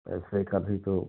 पैसे का भी तो